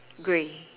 grey